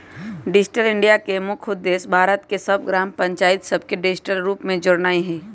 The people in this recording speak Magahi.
डिजिटल इंडिया के मुख्य उद्देश्य भारत के सभ ग्राम पञ्चाइत सभके डिजिटल रूप से जोड़नाइ हइ